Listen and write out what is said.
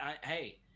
Hey